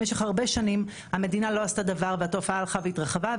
במשך הרבה שנים המדינה לא עשתה דבר והתופעה הלכה והתרחבה,